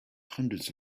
hundreds